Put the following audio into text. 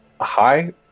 hi